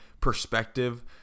perspective